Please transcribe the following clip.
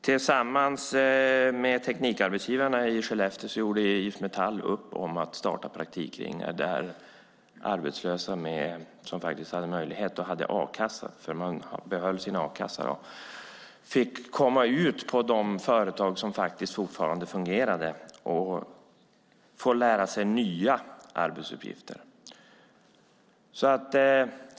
Tillsammans med Teknikarbetsgivarna i Skellefteå gjorde IF Metall upp om att starta praktikringar där arbetslösa, med bibehållen a-kassa, fick komma ut på de företag som faktiskt fortfarande fungerade och fick lära sig nya arbetsuppgifter.